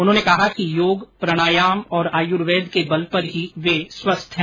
उन्होंने कहा कि योग प्रणायाम और आयुर्वेद के बल पर ही वे स्वस्थ हैं